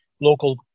local